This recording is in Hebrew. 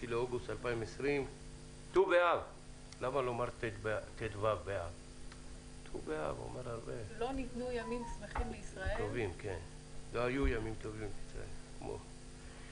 05 באוגוסט 2020. אני מתכבד לפתוח את ישיבת ועדת הכלכלה של הכנסת.